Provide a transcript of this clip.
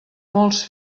molts